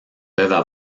peuvent